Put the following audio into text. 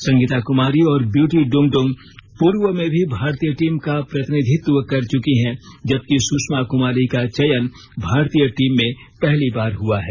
संगीता कुमारी और ब्यूटी डुंगडुंग पूर्व में भी भारतीय टीम का प्रतिनिधित्व कर चुकी है जबकि सुषमा कुमारी का चयन भारतीय टीम में पहली बार हुआ है